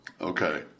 Okay